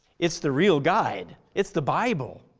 it's the real guide. it's the bible.